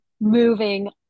Moving